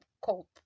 cope